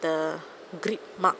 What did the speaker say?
the grip mark